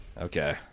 okay